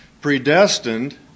predestined